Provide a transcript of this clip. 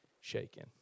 shaken